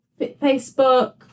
Facebook